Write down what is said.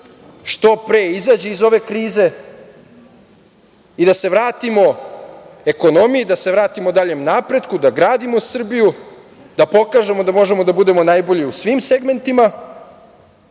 što pre izađe iz ove krize i da se vratimo ekonomiji, da se vratimo daljem napretku, da gradimo Srbiju, da pokažemo da možemo da budemo najbolji u svim segmentima,